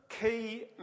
key